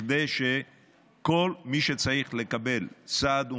כדי שכל מי שצריך לקבל סעד ומענה,